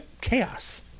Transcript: chaos